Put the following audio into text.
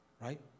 Right